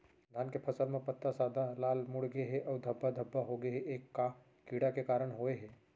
धान के फसल म पत्ता सादा, लाल, मुड़ गे हे अऊ धब्बा धब्बा होगे हे, ए का कीड़ा के कारण होय हे?